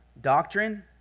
doctrine